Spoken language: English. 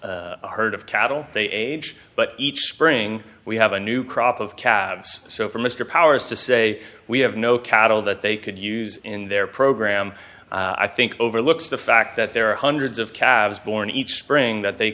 the herd of cattle they age but each spring we have a new crop of calves so for mr powers to say we have no cattle that they could use in their program i think overlooks the fact that there are hundreds of calves born each spring that they